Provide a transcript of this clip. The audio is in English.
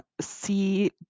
see